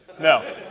No